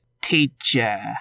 Teacher